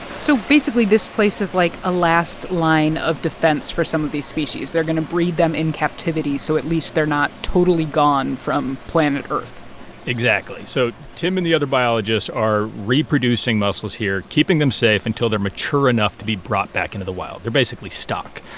so basically, this place is like a last line of defense for some of these species. they're going to breed them in captivity so at least they're not totally gone from planet earth exactly. so tim and the other biologists are reproducing mussels here, keeping them safe until they're mature enough to be brought back into the wild. they're basically stock.